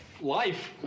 life